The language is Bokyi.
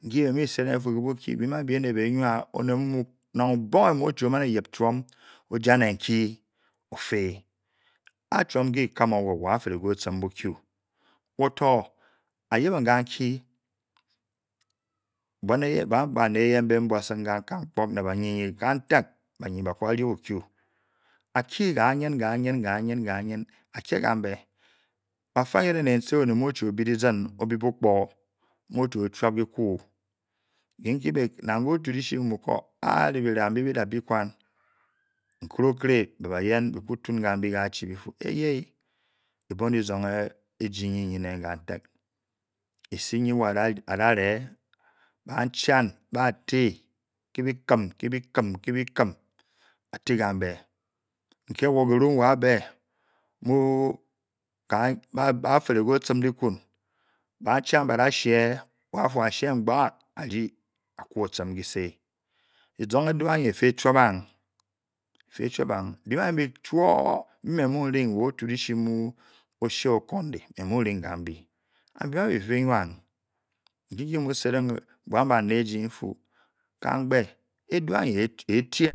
Nki ke bi-mubi sedeng ke buhyi bitu biem ambi ene be nuo oned nang obonge mu o-chi oman eyip chuom ojaneki ofe a-chuom ki-kan-wo afere ke o-chim buku wu to a-yimbing kan-kii buan bane eyen mbe bnasung kan-kan kpole ne banyi-nyi kantak banyi-hyi baku bafu buku. akii kanyo-kanyo akie kambe. afu any-deng ne ntohe oned mu otchi o bu dizin. o bi okpok mu o-chi o-chuap kiku nki-kii nang ke otudishi. muko ari bira mbi-bi dabi uwuam nkere-okere be bayen bi ku tun kambi kashi bifu eyen ebong e jii nyi nyinem katak. eh nyi wo adare ba chan ba te kebikim-bikim batikambe ke wo kirun woabe mu atere ke. o-tchim dikun banchan ba da-shee wa afu a sheng baat a-jei afe o-tchim kise dizung eduu anyi eti-enuong. eti. e-chambang. biem chuo nbi-muring wa otu nichi mu o-suee okundi me-muring kambi nki-ke mmu sedeng moun bane-eji ntu kambe eduu anyi e tien